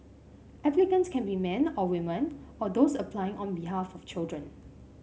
applicants can be men or women or those applying on behalf of children